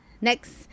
Next